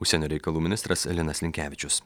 užsienio reikalų ministras linas linkevičius